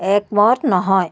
একমত নহয়